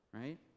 right